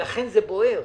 לכן זה בוער.